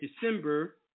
December